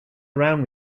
around